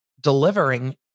delivering